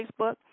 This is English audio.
Facebook